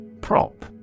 Prop